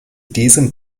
diesem